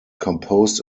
composed